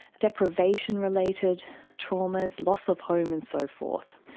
deprivation related traumas, loss of home and so forth.